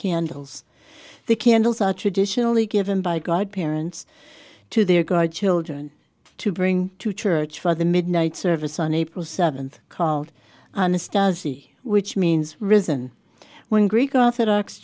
candles the candles are traditionally given by god parents to their god children to bring to church for the midnight service on april seventh called anastasio which means risen when greek orthodox